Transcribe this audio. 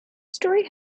story